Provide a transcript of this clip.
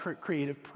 creative